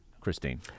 Christine